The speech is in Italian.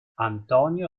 antonio